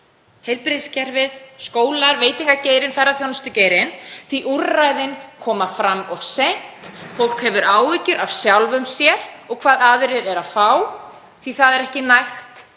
heilbrigðiskerfinu, skólum, veitingageiranum, ferðaþjónustugeiranum, því að úrræðin koma fram of seint. Fólk hefur áhyggjur af sjálfu sér og hvað aðrir séu að fá því að það er ekki úr